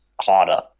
harder